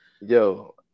Yo